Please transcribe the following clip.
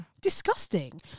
Disgusting